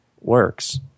works